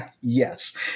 Yes